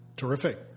Terrific